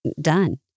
done